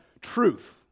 truth